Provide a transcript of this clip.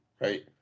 Right